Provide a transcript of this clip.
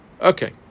Okay